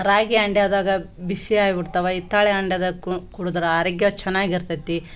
ರಾಗಿ ಹಂಡೇದಾಗ ಬಿಸಿ ಆಗ್ಬುಡ್ತವೆ ಹಿತ್ತಾಳೆ ಹಂಡೆದಾಗ್ ಕುಡುದ್ರೆ ಆರೋಗ್ಯ ಚೆನ್ನಾಗಿರ್ತತಿ